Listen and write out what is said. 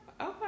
Okay